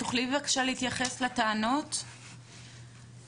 תוכלי בבקשה להתייחס לטענות ולשאלות?